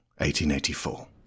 1884